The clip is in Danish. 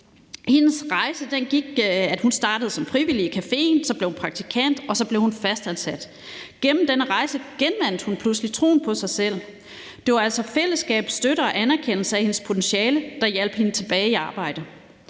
at hun startede som frivillig i caféen, at så blev hun praktikant, og at så blev hun fastansat. Gennem denne rejse genvandt hun pludselig troen på sig selv. Det var altså fællesskab, støtte og anerkendelse af hendes potentiale, der hjalp hende tilbage i arbejde.